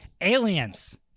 aliens